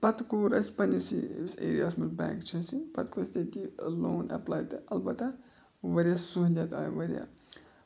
پَتہٕ کوٗر اَسہِ پَننِسٕے یُس ایریاہَس منٛز بٮ۪نٛک چھِ أسۍ پَتہٕ کوٚر اَسہِ تٔتی لون اٮ۪پلاے تہٕ البتہ واریاہ سہوٗلیت آیہِ واریاہ